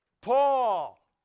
Paul